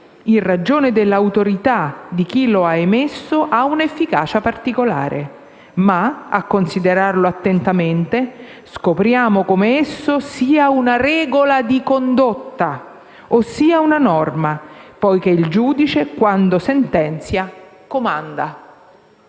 in ragione dell'autorità di chi lo ha emesso, ha un'efficacia particolare, ma a considerarlo attentamente scopriamo come esso sia una regola di condotta, ossia una norma, poiché il giudice quando sentenzia comanda.